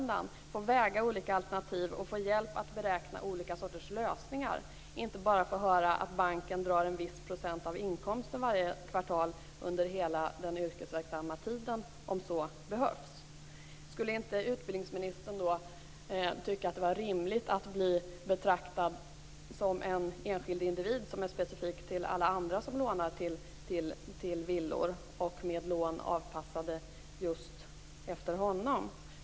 Skulle inte utbildningsministern vilja väga olika alternativ och få hjälp att beräkna olika sorters lösningar, i stället för att bara få höra att banken drar en viss procent av inkomsten varje kvartal under hela den yrkesverksamma tiden om så behövs? Skulle inte utbildningsministern tycka att det var rimligt att bli betraktad som en enskild individ som är specifik i förhållande till alla andra som lånar till villor och med lån avpassade just efter honom?